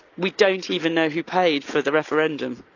we don't even know who paid for the referendum.